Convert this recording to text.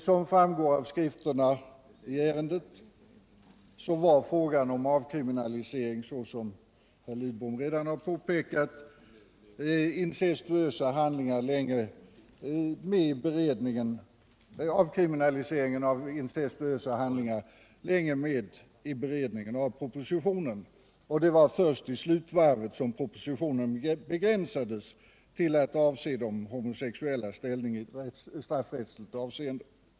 Som framgår av skrifterna i ärendet var frågan om avkriminalisering av incestuösa handlingar, såsom herr Lidbom redan har påpekat, länge med i beredningen av propositionen. Det var först i slutvarvet som propositionen begränsades till att avse de homosexuellas ställning i straffrättsligt avseende.